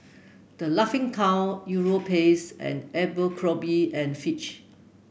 The Laughing Cow Europace and Abercrombie and Fitch